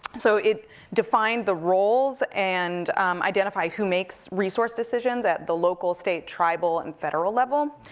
so it defined the roles, and identify who makes resource decisions at the local, state, tribal, and federal level.